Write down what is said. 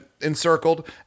encircled